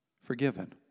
forgiven